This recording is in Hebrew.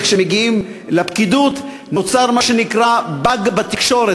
כשמגיעים לפקידות נוצר מה שנקרא "באג בתקשורת":